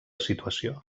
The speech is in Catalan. situació